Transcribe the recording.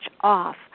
off